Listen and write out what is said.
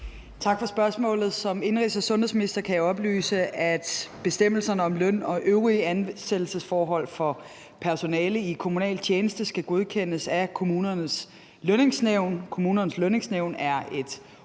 Tak for spørgsmålet. Som indenrigs- og sundhedsminister kan jeg oplyse, at bestemmelserne om løn og øvrige ansættelsesforhold for personale i kommunal tjeneste skal godkendes af Kommunernes Lønningsnævn. Kommunernes Lønningsnævn er et